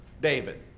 david